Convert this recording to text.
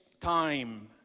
time